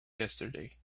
yesterday